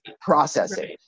processing